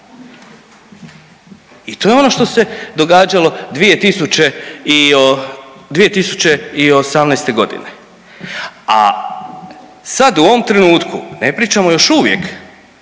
i to je ono što se događalo i 2018.g. A sad u ovom trenutku ne pričamo još uvijek